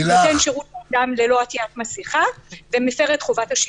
ונותן שירות ללא עטיית מסכה ומפר את חובת השילוט.